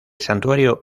santuario